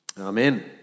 Amen